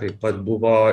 taip pat buvo